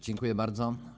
Dziękuję bardzo.